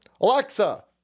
Alexa